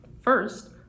First